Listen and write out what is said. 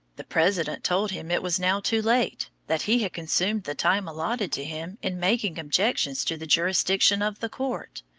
the president told him it was now too late that he had consumed the time allotted to him in making objections to the jurisdiction of the court,